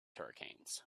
hurricanes